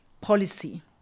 policy